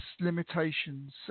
limitations